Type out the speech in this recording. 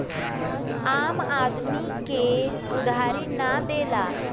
आम आदमी के उधारी ना देला